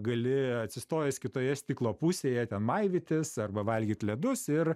gali atsistojęs kitoje stiklo pusėje ten maivytis arba valgyt ledus ir